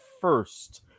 first